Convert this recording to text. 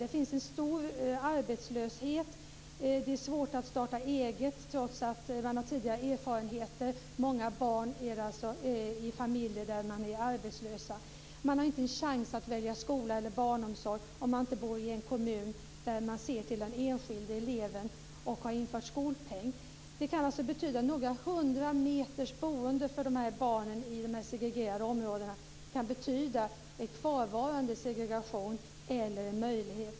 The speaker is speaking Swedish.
Det finns en stor arbetslöshet. Det är svårt att starta eget trots att man har tidigare erfarenheter. Många barn lever i familjer där man är arbetslösa. Man har inte en chans att välja skola eller barnomsorg om man inte bor i en kommun där man ser till den enskilda eleven och har infört skolpeng. Några hundra meters skillnad i boende i de här segregerade områdena kan betyda kvarvarande segregation för de här barnen eller en möjlighet.